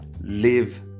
live